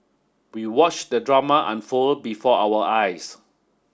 we watched the drama unfold before our eyes